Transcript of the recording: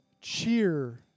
cheer